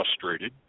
frustrated